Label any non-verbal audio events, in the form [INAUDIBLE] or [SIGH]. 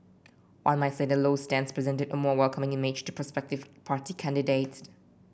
one might say that Low's stance presented a more welcoming image to prospective party candidates [UNINTELLIGIBLE]